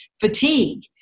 Fatigue